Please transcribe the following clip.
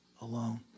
alone